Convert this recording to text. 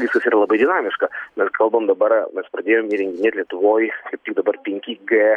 viskas yra labai dinamiška mes kalbam dabar mes pradėjom įrenginėt lietuvoj kaip tik dabar penki g